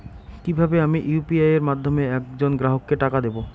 কিভাবে আমি ইউ.পি.আই এর মাধ্যমে এক জন গ্রাহককে টাকা দেবো?